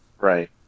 Right